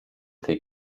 tej